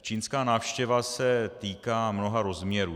Čínská návštěva se týká mnoha rozměrů.